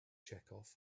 chekhov